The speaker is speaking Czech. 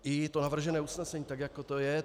I to navržené usnesení tak, jak je...